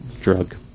drug